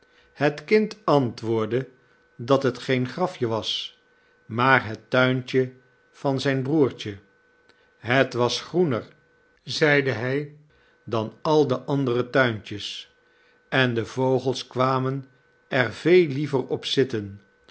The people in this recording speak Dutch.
het kind antwoordde dat het geen grafje was maar het tuintje van zijn broertje het was groener zeide hij dan al de andere tuintjes en de vogels kwamen er veel liever